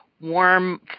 warm